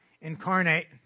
Incarnate